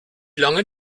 langen